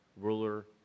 ruler